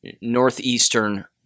northeastern